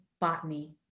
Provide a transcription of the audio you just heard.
botany